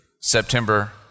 September